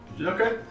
Okay